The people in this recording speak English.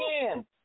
again